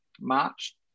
March